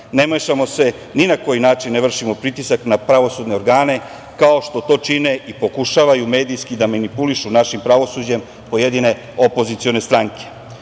ne mešamo se ni na koji način ne vršimo pritisak na pravosudne organe, kao što to čine i pokušavaju medijski da manipulišu našim pravosuđem pojedine opozicione stranke.